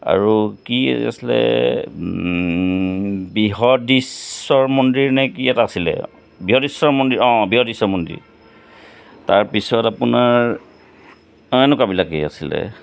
আৰু কি আছিলে বৃহদেশ্ৱৰ মন্দিৰ নে কি এটা আছিলে বৃহদেশ্ৱৰ মন্দিৰ অঁ বৃহদেশ্ৱৰ মন্দিৰ তাৰপিছত আপোনাৰ অঁ এনেকুৱাবিলাকেই আছিলে